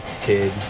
Kid